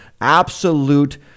absolute